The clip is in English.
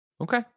okay